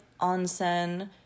onsen